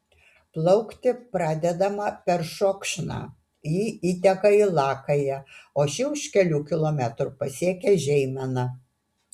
plaukti pradedama peršokšna ji įteka į lakają o ši už kelių kilometrų pasiekia žeimeną